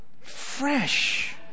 fresh